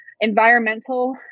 environmental